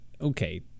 Okay